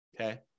Okay